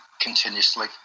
continuously